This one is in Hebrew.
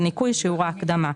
בניכוי שיעור ההקדמה":